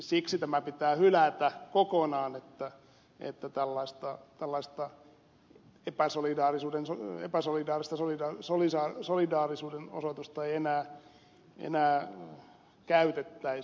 siksi tämä pitää hylätä kokonaan että tällaista epäsolidaarisuudennsa epäsolidaarista suinkaan suo lisää epäsolidaarisuuden osoitusta ei enää käytettäisi